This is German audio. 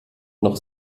noch